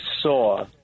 saw